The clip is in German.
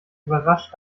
überrascht